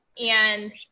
And-